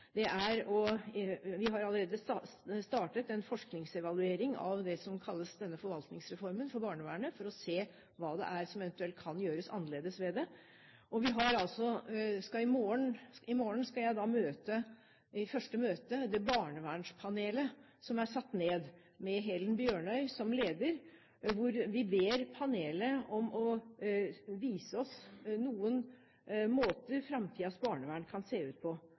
Vi har allerede startet en forskningsevaluering av det som kalles denne forvaltningsreformen i barnevernet, for å se hva det er som eventuelt kan gjøres annerledes. I morgen skal jeg i det første møtet med barnevernspanelet, som er satt ned med Helen Bjørnøy som leder. Vi ber panelet om å vise oss noen måter framtidens barnevern kan se ut på.